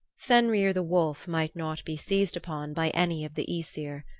fenrir the wolf might not be seized upon by any of the aesir.